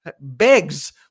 begs